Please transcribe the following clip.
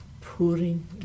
pouring